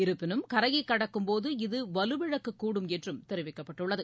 இருப்பினும் கரையைக் கடக்கும்போது இது வலுவிழக்கக்கூடும் என்றும் தெரிவிக்கப்பட்டுள்ளது